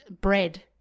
bread